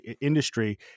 industry